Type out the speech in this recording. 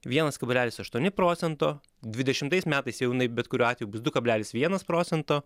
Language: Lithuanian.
vienas kablelis aštuoni procento dvidešimtais metais jau jinai bet kuriuo atveju bus du kablelis vienas procento